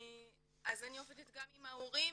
אז אני עובדת גם עם ההורים,